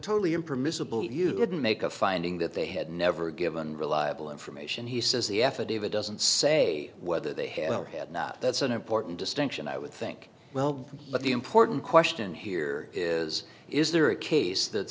totally impermissible you could make a finding that they had never given reliable information he says the affidavit doesn't say whether they had not that's an important distinction i would think well but the important question here is is there a case that